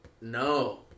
No